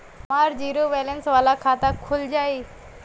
हमार zero balance वाला खाता खुल जाई?